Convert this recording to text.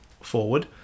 forward